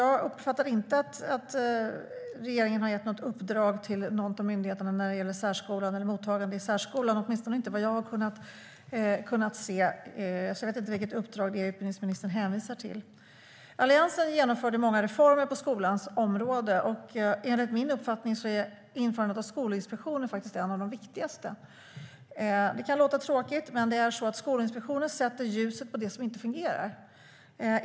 Jag har inte uppfattat att regeringen har gett något uppdrag till någon av myndigheterna när det gäller mottagande i särskolan, åtminstone inte vad jag har kunnat se, så jag vet inte vilket uppdrag utbildningsministern hänvisar till. Alliansen genomförde många reformer på skolans område. Enligt min uppfattning är införandet av Skolinspektionen en av de viktigaste. Det kan låta tråkigt, men det är så att Skolinspektionen sätter ljuset på det som inte fungerar.